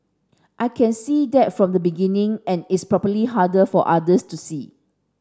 I can see that from the beginning and it's probably harder for others to see